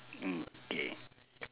mm K